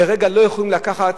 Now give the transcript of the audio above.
לרגע לא יכולים לקחת